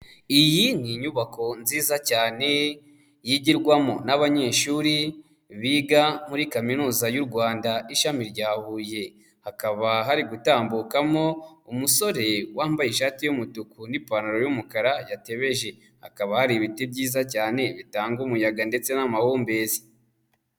Iyi ni inyubako nziza cyane yigirwamo n'abanyeshuri biga muri Kaminuza y'u Rwanda ishami rya Huye. Hakaba hari gutambukamo umusore wambaye ishati y'umutuku n'ipantaro y'umukara yatebeje, hakaba hari ibiti byiza cyane bitanga umuyaga ndetse n'amahumbezi.